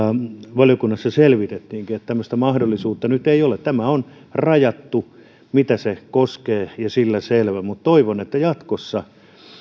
valiokunnassa selvitettiinkin mutta tämmöistä mahdollisuutta nyt ei ole tämä on rajattu mitä se koskee ja sillä selvä mutta toivon että jatkossa